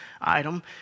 item